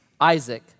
Isaac